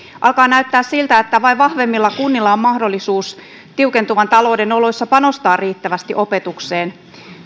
alkaa näyttää siltä että vain vahvemmilla kunnilla on mahdollisuus tiukentuvan talouden oloissa panostaa riittävästi opetukseen